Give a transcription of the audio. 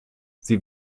sie